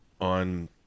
on